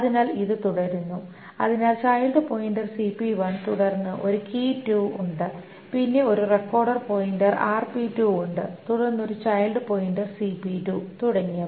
അതിനാൽ ഇത് തുടരുന്നു അതിനാൽ ചൈൽഡ് പോയിന്റർ തുടർന്ന് ഒരു ഉണ്ട് പിന്നെ ഒരു റെക്കോർഡ് പോയിന്റർ ഉണ്ട് തുടർന്ന് ഒരു ചൈൽഡ് പോയിന്റർ തുടങ്ങിയവ